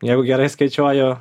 jeigu gerai skaičiuoju